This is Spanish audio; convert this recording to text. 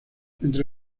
entre